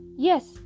Yes